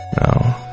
no